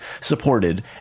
supported